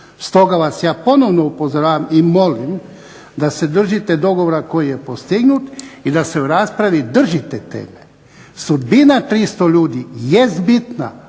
Stoga vas ja ponovno upozoravam i molim da se držite dogovora koji je postignut i da se u raspravi držite teme. Sudbina 300 ljudi jest bitna,